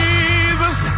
Jesus